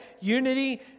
Unity